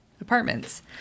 apartments